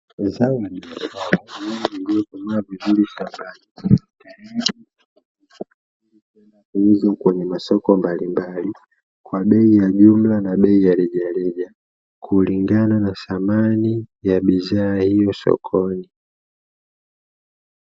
Boksi la dawa lenye rangi nyeupe likiwa a maandishi ya rangi nyeusi likiwa limecholwa ng’ombe. Likihofadhi dawa kwa ajiri ya kutibu magonjwa ya ng’ombe